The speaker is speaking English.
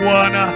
one